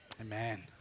amen